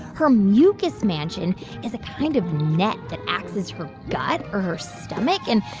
her mucus mansion is a kind of net that acts as her gut or her stomach. and,